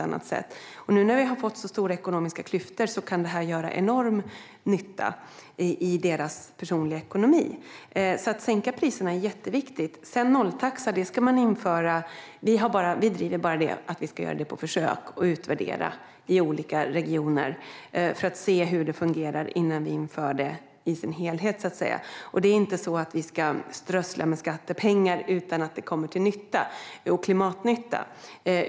Nu när vi har fått så stora ekonomiska klyftor kan detta göra enorm nytta i deras personliga ekonomi. Att sänka priserna är därför jätteviktigt. Nolltaxa vill vi införa på försök i olika regioner och sedan utvärdera för att se hur det fungerar innan vi inför det fullt ut. Det ska inte strösslas med skattepengar utan att det kommer till klimatnytta.